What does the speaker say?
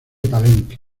palenque